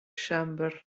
siambr